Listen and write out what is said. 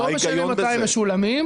לא משנה מתי הם משולמים.